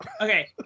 Okay